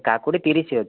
କାକୁଡ଼ି ତିରିଶି ଅଛି